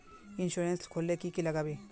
Insurance खोले की की लगाबे?